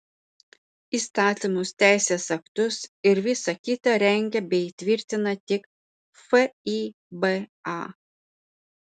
įstatymus teisės aktus ir visa kita rengia bei tvirtina tik fiba